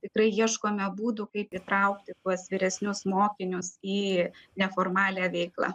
tikrai ieškome būdų kaip įtraukti tuos vyresnius mokinius į neformalią veiklą